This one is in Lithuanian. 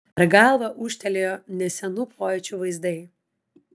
per galvą ūžtelėjo nesenų pojūčių vaizdai